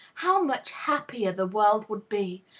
how much happier the world would be!